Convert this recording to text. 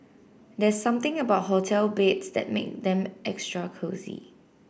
there's something about hotel beds that make them extra cosy